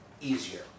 easier